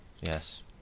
Yes